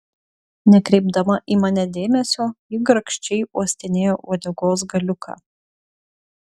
nekreipdama į mane dėmesio ji grakščiai uostinėjo uodegos galiuką